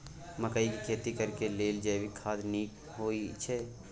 मकई के खेती करेक लेल जैविक खाद नीक होयछै?